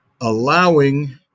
allowing